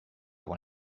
pour